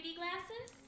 glasses